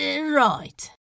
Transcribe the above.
Right